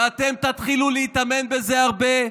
ואתם תתחילו להתאמן בזה הרבה,